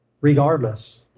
regardless